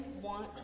want